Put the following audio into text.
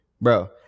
Bro